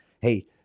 Hey